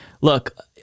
Look